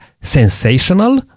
sensational